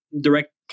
direct